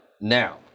Now